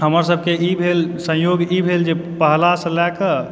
हमर सबकेँ ई भेल सन्योग ई भेल जे पहलासंँ लए कऽ